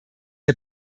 der